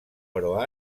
però